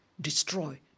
destroy